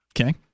Okay